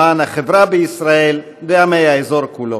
למען החברה בישראל ועמי האזור כולם.